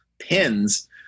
pins